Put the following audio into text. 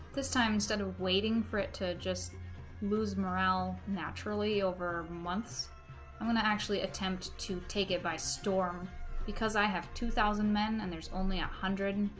this time instead of waiting for it to just lose morale naturally over months i'm gonna actually attempt to take it by storm because i have two thousand men and there's only a hundred and